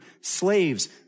Slaves